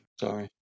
Sorry